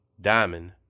diamond